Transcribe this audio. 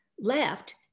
left